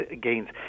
gains